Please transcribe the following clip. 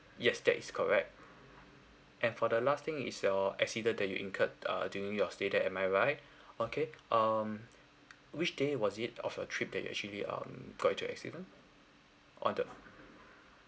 yes that is correct and for the last thing is your accident that you incurred uh during your stay there am I right okay um which day was it of your trip that you actually um got into accident on the